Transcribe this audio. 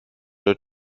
der